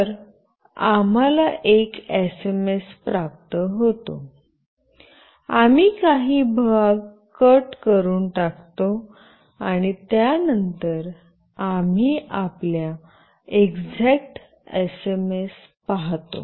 तर आम्हाला एक एसएमएस प्राप्त होतो आम्ही काही भाग कट करून टाकतो आणि त्यानंतर आम्ही आपल्या एक्साक्ट एसएमएस पाहतो